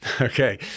Okay